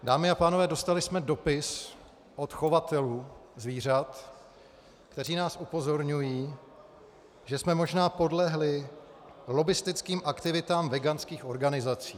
Dámy a pánové, dostali jsme dopis od chovatelů zvířat, kteří nás upozorňují, že jsme možná podlehli lobbistickým aktivitám veganských organizací.